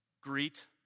greet